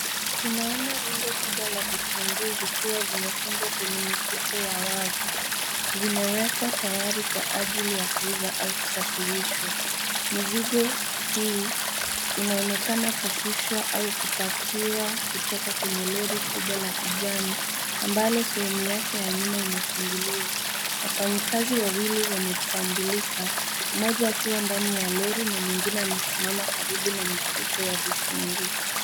Tunaona rundo kubwa la vitunguu vikiwa vimefungwa kwenye mifuko ya wavu. Vimewekwa tayari kwa ajili ya kuuza au kusafirishwa. Mizigo hii inaonekana kushushwa au kupakiwa kutoka kwenye lori kubwa la kijani ambalo sehemu yake ya nyuma imefunguliwa. Wafanyakazi wawili wametambulika mmoja akiwa ndani ya lori na mwingine amesimama karibu na mifuko ya vitunguu.